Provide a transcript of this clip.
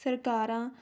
ਸਰਕਾਰਾਂ